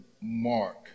Mark